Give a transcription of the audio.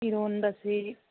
ꯏꯔꯣꯟꯕꯁꯤ